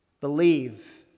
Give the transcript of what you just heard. Believe